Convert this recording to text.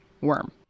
worm